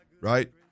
Right